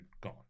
gone